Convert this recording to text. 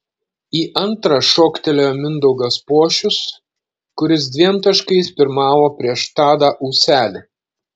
į antrą šoktelėjo mindaugas pošius kuris dviem taškais pirmavo prieš tadą ūselį